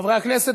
חברי הכנסת,